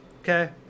okay